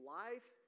life